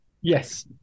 Yes